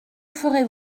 ferez